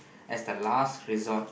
as the last resort